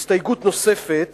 הסתייגות נוספת